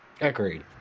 agreed